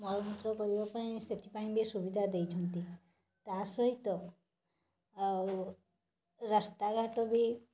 ମଳ ମୂତ୍ର କରିବା ପାଇଁ ସେଥିପାଇଁ ବି ସୁବିଧା ଦେଇଛନ୍ତି ତା'ସହିତ ଆଉ ରାସ୍ତାଘାଟ ବି